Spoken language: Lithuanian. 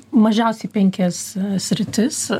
mažiausiai penkias sritis